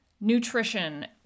nutrition